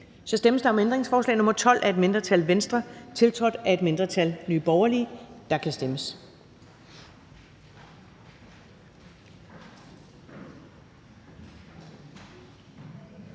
Så stemmes der om ændringsforslag nr. 12 af et mindretal (V), tiltrådt af et mindretal (NB). Der kan stemmes.